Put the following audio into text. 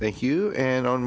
thank you and on